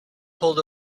pulled